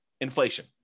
Inflation